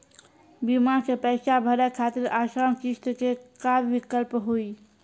बीमा के पैसा भरे खातिर आसान किस्त के का विकल्प हुई?